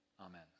Amen